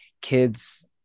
kids